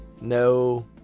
no